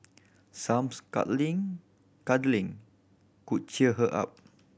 some cuddling could cheer her up